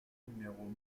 numéro